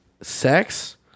sex